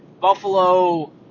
Buffalo